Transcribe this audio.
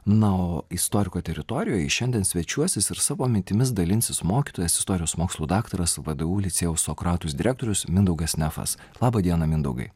na o istoriko teritorijoj šiandien svečiuosis ir savo mintimis dalinsis mokytojas istorijos mokslų daktaras vdu licėjaus sokratus direktorius mindaugas nefas laba diena mindaugai